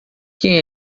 quem